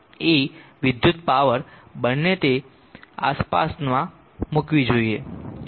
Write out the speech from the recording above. E વિદ્યુત power બંને તે આસપાસનામાં મૂકવી જોઈએ